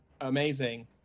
Amazing